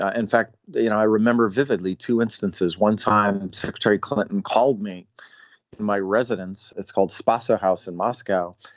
ah in fact you know i remember vividly two instances one time and secretary clinton called me in my residence. it's called spicer house in moscow.